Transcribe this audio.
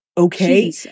Okay